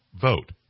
vote